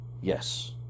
Yes